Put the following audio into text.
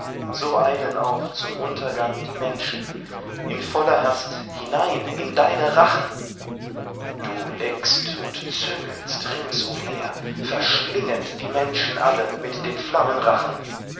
so eilen auch zum untergang die menschen in voller hast hinein in deine rachen du leckst und züngelst rings umher verschlingend die menschen alle mit den